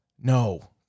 No